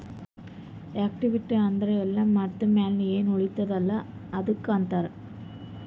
equity ಅಂದುರ್ ಎಲ್ಲಾ ಮಾರ್ದ ಮ್ಯಾಲ್ನು ಎನ್ ಉಳಿತ್ತುದ ಅಲ್ಲಾ ಅದ್ದುಕ್ ಅಂತಾರ್